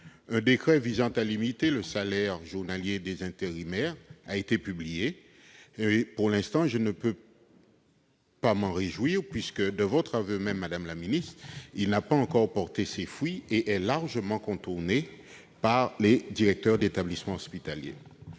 Un décret visant à limiter le salaire journalier des intérimaires a été publié. Pour l'instant, il n'y a pas lieu de se réjouir, puisque, de votre aveu même, madame la ministre, il n'a pas encore porté ses fruits. Il est en effet largement contourné par les directeurs d'établissement hospitalier.